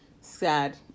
sad